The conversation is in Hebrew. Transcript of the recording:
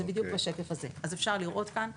זה בדיוק בשקף הזה, ואפשר לראות כאן.